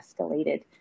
escalated